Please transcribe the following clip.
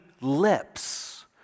lips